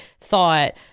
thought